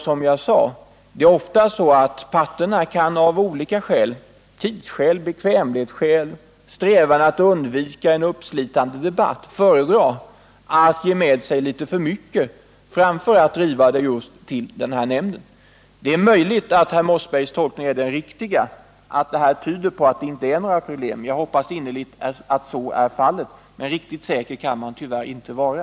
Som jag sade kan parterna av olika skäl — tidsskäl, bekvämlighetsskäl, strävan att undvika en uppslitande debatt — föredra att ge med sig litet för mycket framför att driva frågan till just denna nämnd. Jag hoppas innerligt att herr Mossbergs tolkning är korrekt att det faktum att nämnden aldrig har fått pröva någon fråga innebär att det inte råder några problem, men helt säker kan man tyvärr inte vara.